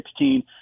2016